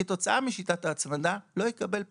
כתוצאה משיטת ההצמדה לא יקבל פעמיים,